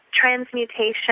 transmutation